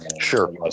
sure